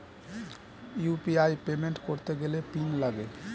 UPI payment করতে গেলে PIN লাগে